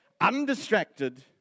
undistracted